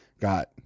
got